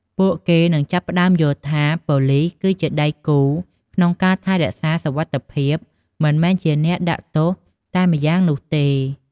ពួកគេនឹងចាប់ផ្តើមយល់ថា ប៉ូលិសគឺជាដៃគូក្នុងការថែរក្សាសុវត្ថិភាព មិនមែនជាអ្នកដាក់ទោសតែម្យ៉ាងនោះទេ។